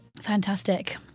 Fantastic